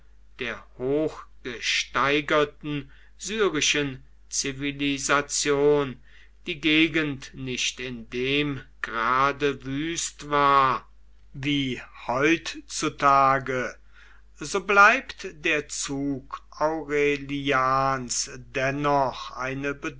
der hochgesteigerten syrischen zivilisation die gegend nicht in dem grade wüst war wie heutzutage so bleibt der zug aurelians dennoch eine